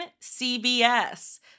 CBS